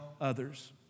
others